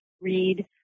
read